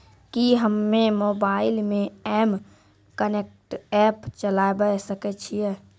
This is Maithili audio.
कि हम्मे मोबाइल मे एम कनेक्ट एप्प चलाबय सकै छियै?